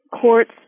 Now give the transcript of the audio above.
courts